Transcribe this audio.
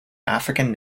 african